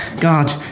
God